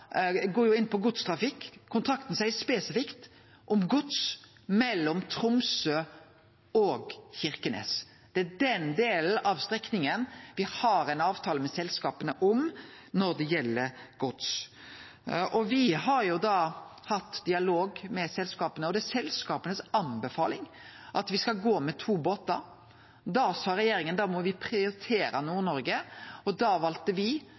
går òg inn på godstrafikk. Kontrakten seier spesifikt noko om gods mellom Tromsø og Kirkenes. Det er den delen av strekninga me har ein avtale med selskapa om når det gjeld gods. Me har hatt dialog med selskapa, og det er deira anbefaling at me skal gå med to båtar. Da sa regjeringa at me må prioritere Nord-Noreg, og